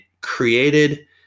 created